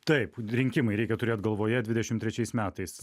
taip rinkimai reikia turėt galvoje dvidešimt trečiais metais